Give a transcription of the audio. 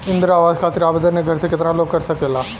इंद्रा आवास खातिर आवेदन एक घर से केतना लोग कर सकेला?